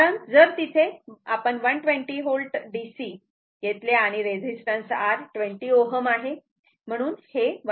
कारण जर तिथे आपण 120 DC घेतले आणि रेजिस्टन्स R 20 Ω आहे